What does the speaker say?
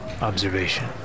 Observation